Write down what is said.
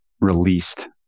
released